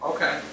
Okay